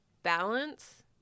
balance